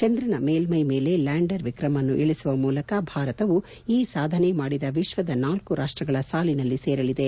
ಚಂದ್ರನ ಮೇಲ್ಟೈ ಮೇಲೆ ಲ್ಯಾಂಡರ್ ವಿಕ್ರಮ್ ಅನ್ನು ಇಳಿಸುವ ಮೂಲಕ ಭಾರತವು ಈ ಸಾಧನೆ ಮಾಡಿದ ವಿಶ್ವದ ನಾಲ್ಕು ರಾಷ್ಟಗಳ ಸಾಲಿನಲ್ಲಿ ಸೇರಲಿದೆ